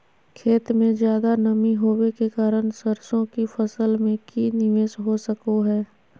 खेत में ज्यादा नमी होबे के कारण सरसों की फसल में की निवेस हो सको हय?